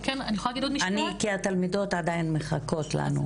כי התלמידות עדיין מחכות לנו.